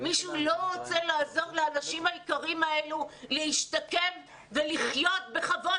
מישהו לא רוצה לעזור לאנשים היקרים האלו להשתקם ולחיות בכבוד